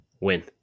Win